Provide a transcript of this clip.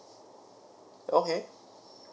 okay